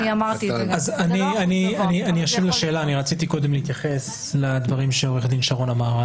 אני רוצה להתייחס לדברים שעורך דין שרון אמר.